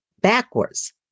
backwards